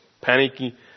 panicky